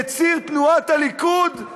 יציר תנועת הליכוד,